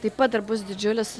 taip pat dar bus didžiulis